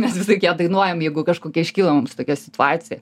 mes visą laik ją dainuojam jeigu kažkokia iškyla mums tokia situacija